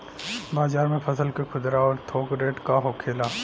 बाजार में फसल के खुदरा और थोक रेट का होखेला?